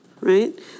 right